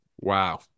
Wow